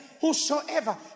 Whosoever